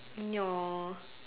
no